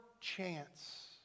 chance